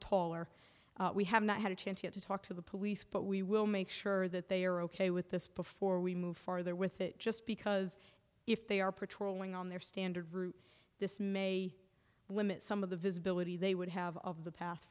taller we have not had a chance yet to talk to the police but we will make sure that they are ok with this before we move farther with it just because if they are patrolling on their standard route this may limit some of the visibility they would have of the pa